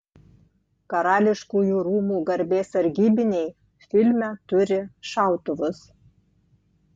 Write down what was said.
karališkųjų rūmų garbės sargybiniai filme turi šautuvus